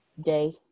day